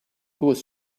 was